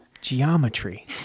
Geometry